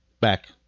back